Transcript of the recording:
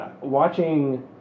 watching